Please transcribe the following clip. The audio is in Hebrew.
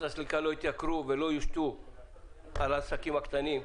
הסליקה לא יתייקרו ולא יושתו על העסקים הקטנים,